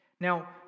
Now